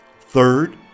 Third